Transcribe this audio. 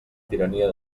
tirania